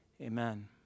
amen